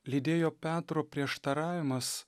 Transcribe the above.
lydėjo petro prieštaravimas